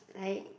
like